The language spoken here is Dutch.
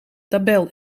tabel